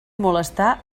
molestar